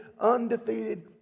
undefeated